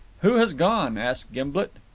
who has gone? asked gimblet.